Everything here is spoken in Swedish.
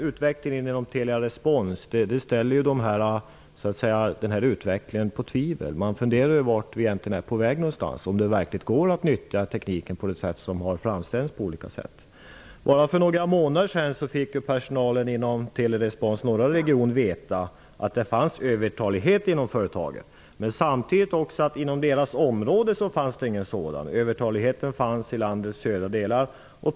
Utvecklingen inom Telerespons drar den här utvecklingen i tvivel. Man funderar vart vi egentligen är på väg och om det verkligen går att nyttja tekniken på det sätt som det har framställts på. För bara några månader sedan fick personalen inom Telerespons norra region veta att det fanns övertalighet inom företaget. Men samtidigt sades det också att det inte fanns någon sådan inom norra regionen -- övertaligheten fanns i landets södra delar.